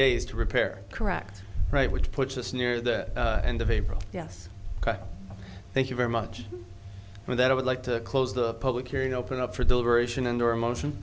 days to repair correct right which puts us near the end of april yes thank you very much for that i would like to close the public hearing open up for deliberation and or motion